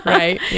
right